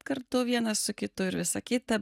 kartu vienas su kitu ir visa kita